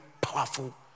powerful